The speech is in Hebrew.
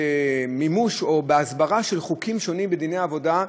במימוש או בהסברה של חוקים שונים בדיני עבודה,